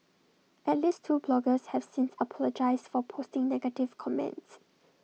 at least two bloggers have since apologised for posting negative comments